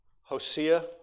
Hosea